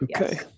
Okay